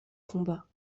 combats